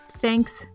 Thanks